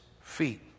feet